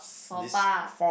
faux pas